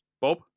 Bob